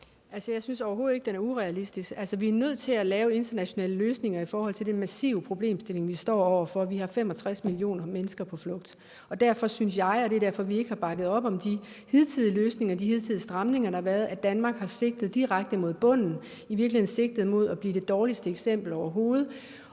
jeg synes overhovedet ikke, at den er urealistisk. Vi er nødt til at lave internationale løsninger i forhold til den massive problemstilling, vi står over for. Vi har 65 millioner mennesker på flugt. Derfor synes jeg – og det er derfor, vi ikke har bakket op om de hidtidige løsninger, de hidtidige stramninger, der har været – at Danmark har sigtet direkte mod bunden, i virkeligheden sigtet mod at blive det dårligste eksempel overhovedet.